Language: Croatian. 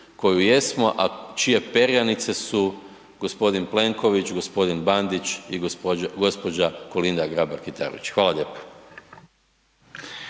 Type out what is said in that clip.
kojoj jesmo, a čije perjanice su gospodin Plenković, gospodin Bandić i gospođa Kolinda Grabar Kitarović. Hvala lijepo.